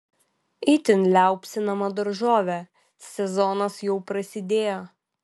itin liaupsinama daržovė sezonas jau prasidėjo